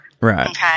right